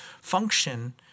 function